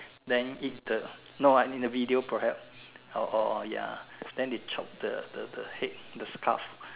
then eat the no ah in the video perhaps orh orh ya then they chopped the the the head the skull